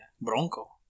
Bronco